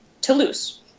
Toulouse